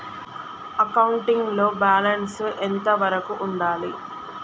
Accounting లో balance ఎంత వరకు ఉండాలి?